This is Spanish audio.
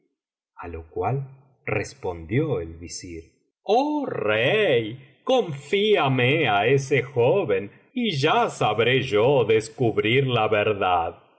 a lo cual respondió el visir oh rey confíame á ese joven y ya sabré yo descubrir la verdad